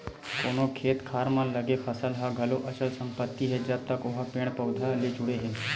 कोनो खेत खार म लगे फसल ह घलो अचल संपत्ति हे जब तक ओहा पेड़ पउधा ले जुड़े हे